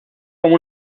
como